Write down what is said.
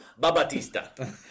Babatista